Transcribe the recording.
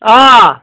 آ